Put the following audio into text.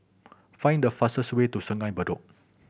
find the fastest way to Sungei Bedok